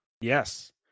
Yes